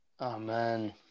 amen